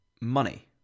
money